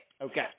Okay